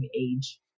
age